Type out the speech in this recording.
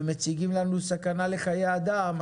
ומציגים לנו סכנה לחיי אדם,